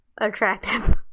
attractive